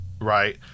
Right